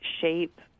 shape